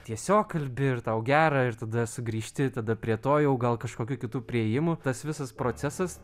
tiesiog kalbi ir tau gera ir tada sugrįžti tada prie to jau gal kažkokių kitų priėjimų tas visas procesas